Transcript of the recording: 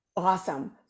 Awesome